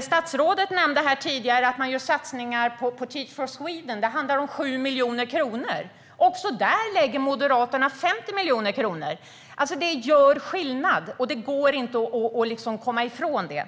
Statsrådet nämnde här tidigare att man gör satsningar på Tech for Sweden. Det handlar om 7 miljoner kronor. Också där föreslår Moderaterna 50 miljoner kronor. Det gör skillnad. Det går inte att komma ifrån det.